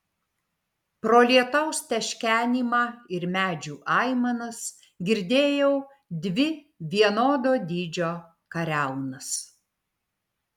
pro lietaus teškenimą ir medžių aimanas girdėjau dvi vienodo dydžio kariaunas